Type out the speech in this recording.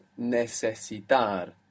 necesitar